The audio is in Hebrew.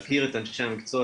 להכיר את אנשי המקצוע.